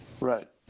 Right